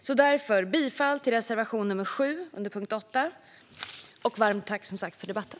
Därför yrkar jag bifall till reservation nr 7, under punkt 8. Varmt tack, som sagt, för debatten!